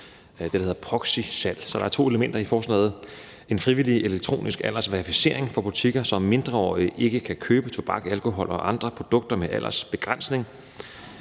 der hedder proxysalg. Så der er to elementer i forslaget: Det ene er en frivillig elektronisk aldersverificering for butikker, så mindreårige ikke kan købe tobak, alkohol og andre produkter med aldersbegrænsning,